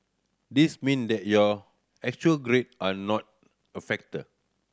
this mean that your actual grade are not a factor